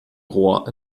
rohr